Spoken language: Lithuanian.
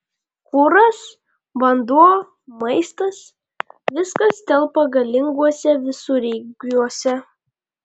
kuras vanduo maistas viskas telpa galinguose visureigiuose